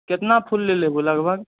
कितना फूल लेबू लगभग